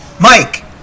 Mike